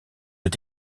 est